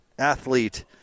Athlete